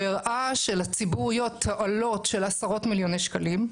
הוא הראה שלציבור יהיו תועלות של עשרות מיליוני שקלים.